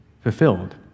fulfilled